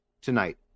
tonight